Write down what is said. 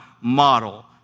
model